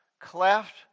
Cleft